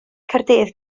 caerdydd